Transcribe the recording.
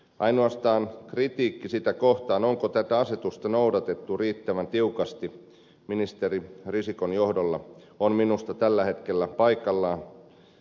ainoastaan kritiikki sitä kohtaan onko tätä asetusta noudatettu riittävän tiukasti ministeri risikon johdolla on minusta tällä hetkellä paikallaan